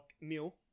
meal